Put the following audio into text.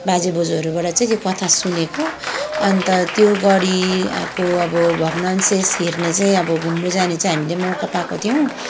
बाजे बोज्यूहरूबाट चाहिँ त्यो कथा सुनेको अन्त त्यो गढीको अब भग्नाव्सेस हेर्ने चाहिँ अब घुम्नु जाने चाहिँ हामीले मौका पाको थियौँ